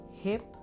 hip